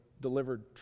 delivered